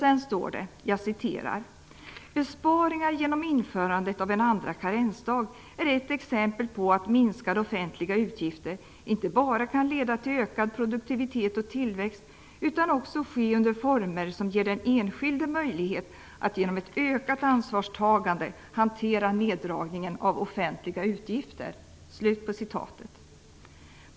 Sedan står det: "Besparingar genom införandet av en andra karensdag är ett exempel på att minskade offentliga utgifter inte bara kan leda till ökad produktivitet och tillväxt utan också ske under former som ger den enskilde möjlighet att genom ett ökat ansvarstagande hantera neddragningen av offentliga utgifter."